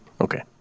Okay